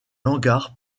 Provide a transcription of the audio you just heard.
hangar